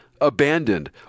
abandoned